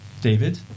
David